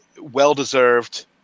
well-deserved